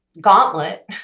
gauntlet